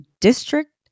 district